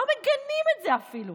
לא מגנים את זה אפילו.